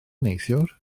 neithiwr